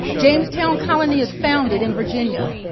jamestown colony is founded in virginia.